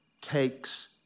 takes